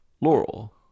Laurel